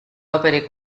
opere